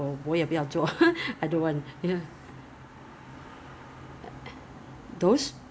mm